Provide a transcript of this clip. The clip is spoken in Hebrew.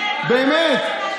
באמת,